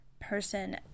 person